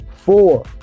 Four